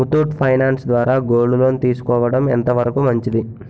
Muthoot finance ద్వారా gold loan తీసుకోవడం ఎంత వరకు మంచిది?